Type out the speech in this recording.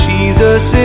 Jesus